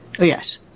Yes